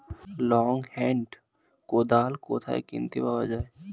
Long hand কোদাল কোথায় কিনতে পাওয়া যায়?